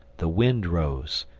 the wind rose,